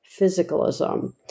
physicalism